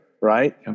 right